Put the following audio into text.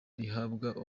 rihabwa